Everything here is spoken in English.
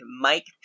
mike